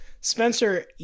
Spencer